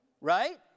right